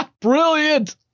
brilliant